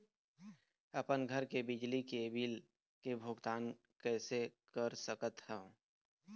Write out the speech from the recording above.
अपन घर के बिजली के बिल के भुगतान कैसे कर सकत हव?